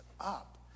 up